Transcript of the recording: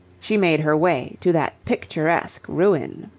she made her way to that picturesque ruin.